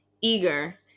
eager